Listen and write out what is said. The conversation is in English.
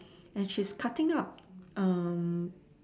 and she's cutting up